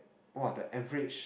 !wah! the average